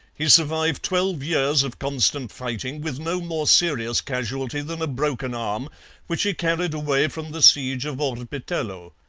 he survived twelve years of constant fighting with no more serious casualty than a broken arm which he carried away from the siege of orbitello.